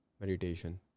Meditation